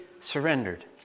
surrendered